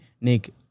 Nick